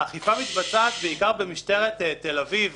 האכיפה מתבצעת בעיקר במשטרת תל-אביב